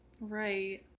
Right